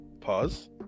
pause